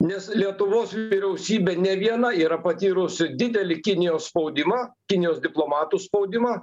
nes lietuvos vyriausybė ne viena yra patyrusi didelį kinijos spaudimą kinijos diplomatų spaudimą